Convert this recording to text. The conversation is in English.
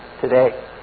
today